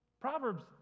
Proverbs